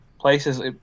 places